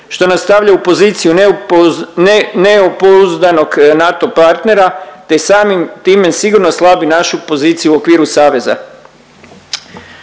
što nas stavlja u poziciju nepouzdanog NATO partnera te samim time sigurno slabi našu poziciju u okviru saveza.